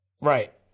Right